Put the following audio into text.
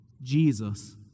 Jesus